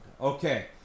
Okay